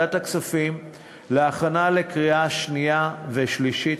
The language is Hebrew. לוועדת הכספים להכנה לקריאה שנייה ושלישית.